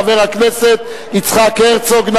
חבר הכנסת יצחק הרצוג.